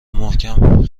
محکم